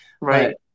Right